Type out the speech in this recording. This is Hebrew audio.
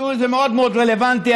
שזה מאוד מאוד רלוונטי,